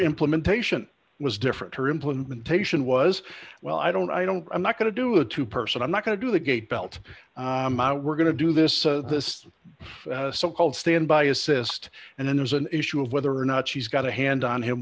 implementation was different her implementation was well i don't i don't i'm not going to do a two person i'm not going to do the gate belt we're going to do this this so called standby assist and then there's an issue of whether or not she's got a hand on him